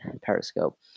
periscope